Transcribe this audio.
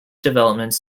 developments